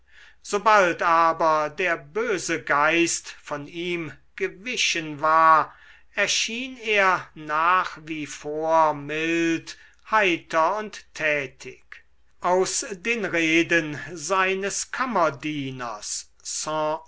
sobald aber der böse geist von ihm gewichen war erschien er nach wie vor mild heiter und tätig aus den reden seines kammerdieners